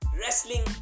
Wrestling